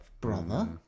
brother